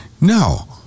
No